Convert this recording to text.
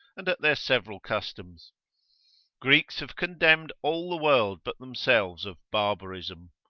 and at their several customs greeks have condemned all the world but themselves of barbarism,